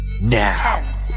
now